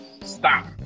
Stop